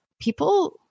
people